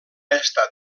estat